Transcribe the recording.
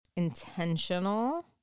intentional